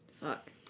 Fuck